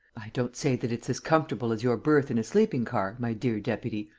i don't say that it's as comfortable as your berth in a sleeping-car, my dear deputy,